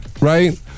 right